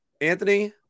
Anthony